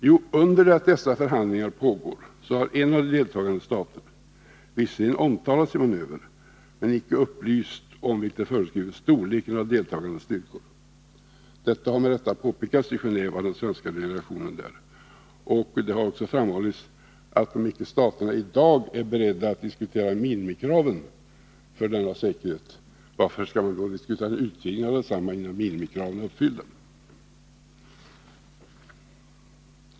Jo, under det att dessa förhandlingar pågår, har en av de deltagande staterna visserligen omtalat sin manöver men icke upplyst om — vilket är föreskrivet — storleken på deltagande styrkor. Detta har med rätta påpekats av den svenska delegationen i Genåve. Det har också framhållits att om icke staterna i dag är beredda att godta minimikraven för denna säkerhet, varför skulle man då diskutera en utvidgning av densamma innan minimikraven är uppfyllda?